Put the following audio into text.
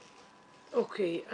אוקיי.